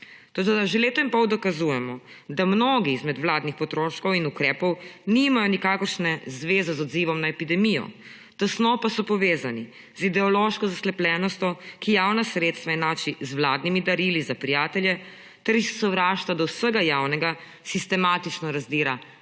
že leto in pol dokazujemo, da mnogi izmed vladnih potroškov in ukrepov nimajo nikakršne zveze z odzivom na epidemijo, tesno pa so povezani z ideološko zaslepljenostjo, ki javna sredstva enači z vladnimi darili za prijatelje ter iz sovraštva do vsega javnega sistematično razdira davčne